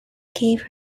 gave